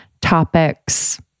topics